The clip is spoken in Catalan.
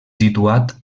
situat